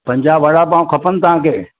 पंजाहु वड़ापाव खपनि तव्हांखे